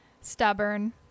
stubborn